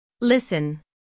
Listen